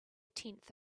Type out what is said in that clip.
tenth